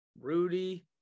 rudy